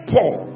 Paul